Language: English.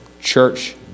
church